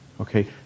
Okay